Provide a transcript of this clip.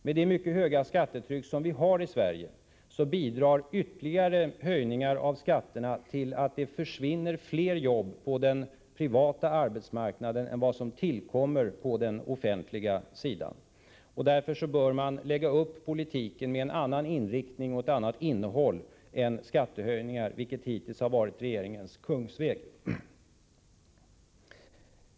Med det mycket höga skattetryck som vi har i Sverige bidrar ytterligare höjningar av skatterna till att det försvinner fler jobb på den privata arbetsmarknaden än vad som tillkommer på den offentliga sidan. Därför bör man lägga upp politiken med en annan inriktning och ett annat innehåll än skattehöjningar, vilket hittills har varit regeringens kungsväg.